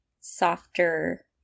softer